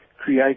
create